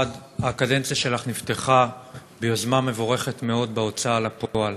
הקדנציה שלך נפתחה ביוזמה מבורכת מאוד בהוצאה לפועל.